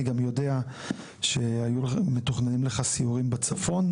אני גם יודע שהיו מתוכננים לך סיורים בצפון.